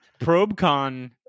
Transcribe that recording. ProbeCon